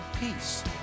peace